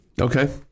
Okay